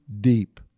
deep